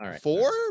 Four